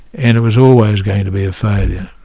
and it was always going to be a failure.